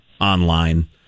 online